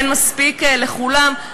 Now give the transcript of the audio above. אין מספיק לכולם,